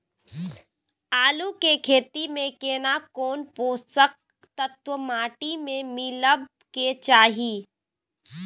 आलू के खेती में केना कोन पोषक तत्व माटी में मिलब के चाही?